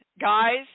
guys